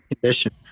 condition